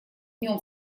нем